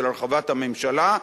של הרחבת הממשלה,